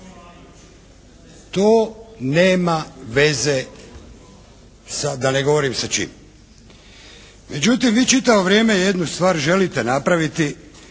To nema veze sa da ne govorim sa čim. Međutim, vi čitavo vrijeme jednu stvar želite napravit,